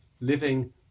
living